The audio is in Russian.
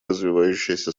развивающаяся